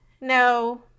no